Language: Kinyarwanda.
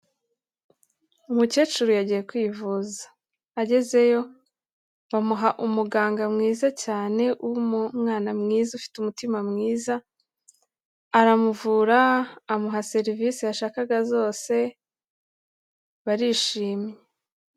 Umukecuru yagiye kwivuza. Agezeyo bamuha umuganga mwiza cyane, w'umwana mwiza, ufite umutima mwiza, aramuvura, amuha serivise yashakaga zose, barishimye.